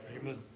Amen